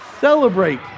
celebrate